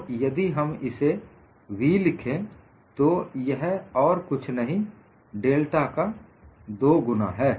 तो यदि हम इसे v लिखें तो यह और कुछ नहीं डेल्टा का 2 गुना है